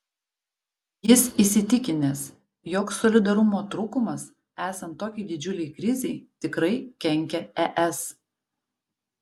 jis įsitikinęs jog solidarumo trūkumas esant tokiai didžiulei krizei tikrai kenkia es